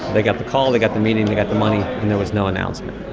they got the call. they got the meeting yeah the money. and there was no announcement.